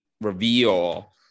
reveal